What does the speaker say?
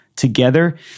together